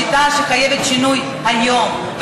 השיטה חייבת שינוי היום,